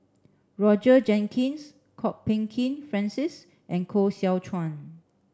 Roger Jenkins Kwok Peng Kin Francis and Koh Seow Chuan